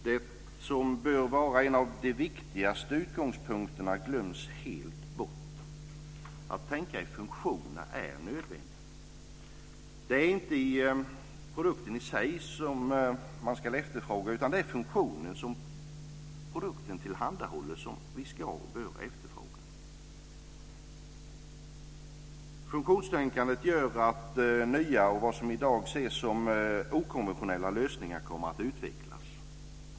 Det som bör vara en av de viktigaste utgångspunkterna glöms helt bort. Att tänka i funktioner är nödvändigt. Det är inte produkten i sig som man ska efterfråga, utan det är funktionen som produkten tillhandahåller som vi ska och bör efterfråga. Funktionstänkandet gör att nya och vad som i dag ses som okonventionella lösningar kommer att utvecklas.